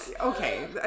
okay